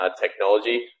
technology